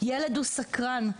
ילד הוא סקרן,